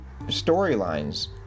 storylines